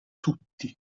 tutti